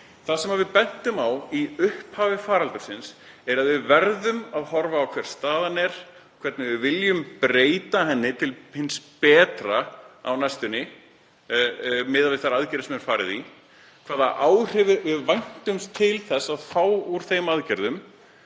Það sem við bentum á í upphafi faraldursins er að við verðum að horfa á hver staðan er, hvernig við viljum breyta henni til hins betra á næstunni miðað við þær aðgerðir sem er farið í, hvaða áhrifa við væntum af þeim aðgerðum